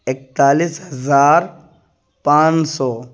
اکتالیس ہزار پانچ سو